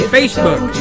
Facebook